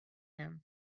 him